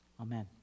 amen